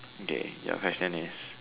okay your question is